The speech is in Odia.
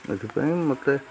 ଏଥିପାଇଁ ମୋତେ